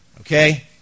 Okay